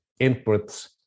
inputs